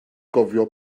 gofio